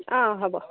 অঁ হ'ব